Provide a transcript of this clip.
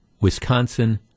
Wisconsin